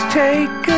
take